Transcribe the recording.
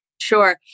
Sure